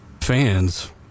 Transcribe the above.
fans